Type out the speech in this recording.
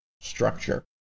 structure